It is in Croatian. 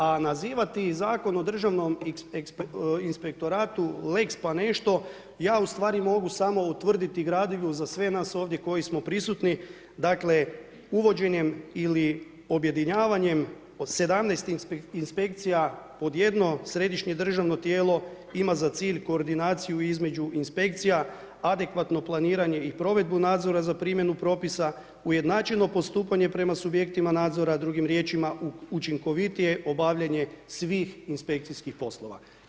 A nazivati Zakon o državnom inspektoratu lex pa nešto, ja ustvari mogu samo utvrditi gradivo, za sve nas ovdje koji smo prisutni, dakle, uvođenjem ili objedinjavanjem od 17 inspekcija, odjednom središnje državno tijelo, ima za cilj koordinaciju između inspekcija, adekvatno planiranje i provedbu nadzora za primjenu propisa, ujednačeno postupanje prema subjektima nadzora, drugim riječima, učinkovitije obavljanja svih inspekcijskih poslova.